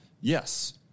yes